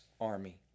army